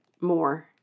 more